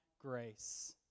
grace